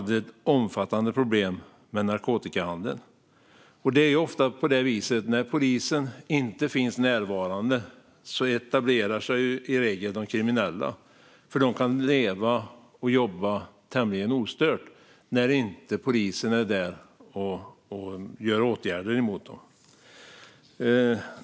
Det är ofta på det viset att där polisen inte finns närvarande etablerar sig de kriminella, för de kan leva och jobba tämligen ostört när inte polisen är där och vidtar åtgärder mot dem.